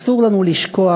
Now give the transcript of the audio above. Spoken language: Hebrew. אסור לנו לשכוח